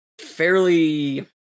fairly